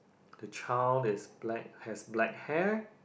the child is black has black hair